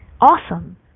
Awesome